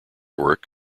work